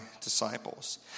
disciples